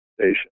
Station